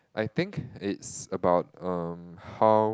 I think it's about um how